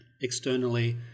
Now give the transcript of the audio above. externally